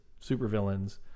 supervillains